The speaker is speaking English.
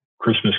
Christmas